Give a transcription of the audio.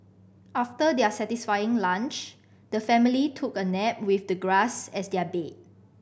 after their satisfying lunch the family took a nap with the grass as their bed